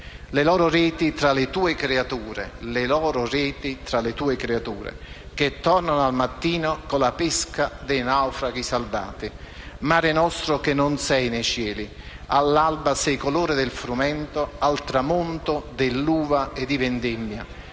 le loro reti tra le tue creature, che tornano al mattino con la pesca dei naufraghi salvati. Mare nostro che non sei nei cieli, all'alba sei colore del frumento, al tramonto dell'uva di vendemmia,